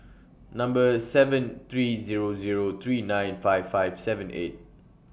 Number seven three Zero Zero three nine five five seven eight